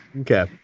Okay